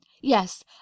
Yes